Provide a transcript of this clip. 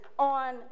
on